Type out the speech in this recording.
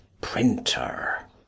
printer